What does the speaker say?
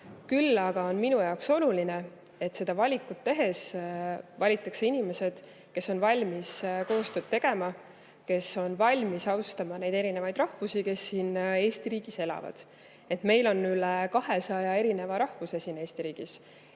Küll aga on minu jaoks oluline, et seda valikut tehes valitakse inimesed, kes on valmis koostööd tegema, kes on valmis austama neid erinevaid rahvaid, kes siin Eesti riigis elavad. Meil on Eesti riigis